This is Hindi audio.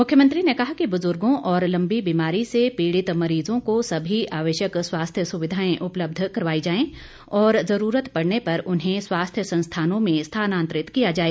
मुख्यमंत्री ने कहा कि बुजुर्गों और लंबी बीमारी से पीड़ित मरीजों को सभी आवश्यक स्वास्थ्य सुविधाएं उपलब्ध करवाई जाएं और जरूरत पड़ने पर उन्हें स्वास्थ्य संस्थानों में स्थानांतरित किया जाए